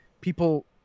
people